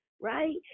right